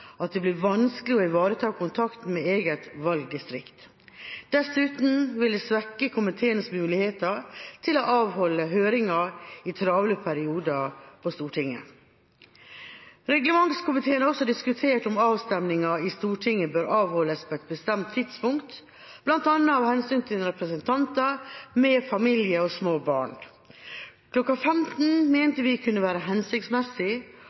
at det blir vanskelig å ivareta kontakten med eget valgdistrikt. Dessuten vil det svekke komiteenes muligheter til å avholde høringer i travle perioder på Stortinget. Reglementskomiteen har også diskutert om avstemninger i Stortinget bør avholdes på et bestemt tidspunkt, bl.a. av hensyn til representanter med familie og små barn. Klokka 15 mente vi kunne være hensiktsmessig,